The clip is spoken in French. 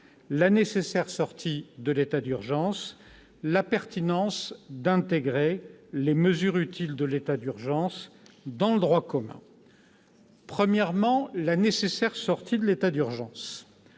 la nécessaire sortie de l'état d'urgence et la pertinence d'inscrire les mesures utiles de l'état d'urgence dans le droit commun. Premièrement, j'insisterai sur la nécessaire sortie de l'état d'urgence.